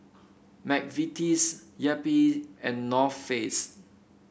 McVitie's Yupi and North Face